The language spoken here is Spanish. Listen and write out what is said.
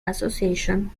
association